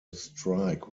strike